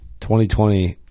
2020